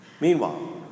Meanwhile